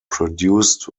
produced